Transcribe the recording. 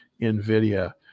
NVIDIA